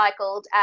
recycled